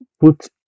put